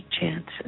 chances